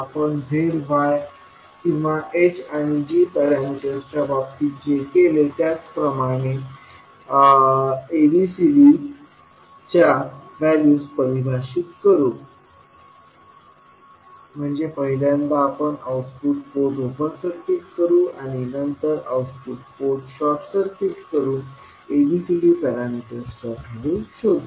आपण z y किंवा h आणि g पॅरामीटर्सच्या बाबतीत जे केले त्याप्रमाणे च ABCD च्या व्हॅल्यूज परिभाषित करू म्हणजे पहिल्यांदा आपण आउटपुट पोर्ट ओपन सर्किट करू आणि नंतर आउटपुट पोर्ट शॉर्ट सर्किट करून ABCD पॅरामीटर्सच्या व्हॅल्यू शोधू